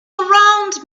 around